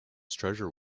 treasure